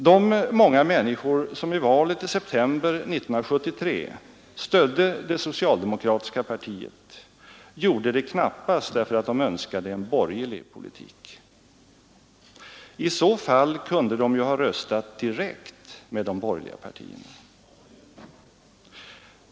De många människor som i valet i september 1973 stödde det socialdemokratiska partiet gjorde det knappast därför att de önskade en borgerlig politik. I så fall kunde de ju ha röstat direkt med de borgerliga partierna.